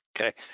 Okay